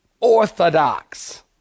Orthodox